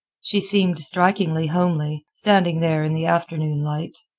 she seemed strikingly homely, standing there in the afternoon light.